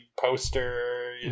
poster